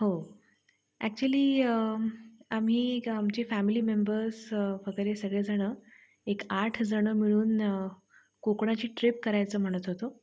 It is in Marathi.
हो ॲक्च्युली आम्ही आमची फॅमिली मेंबर्स वगैरे सगळेजणं एक आठ जणं मिळून कोकणाची ट्रिप करायचं म्हणत होतो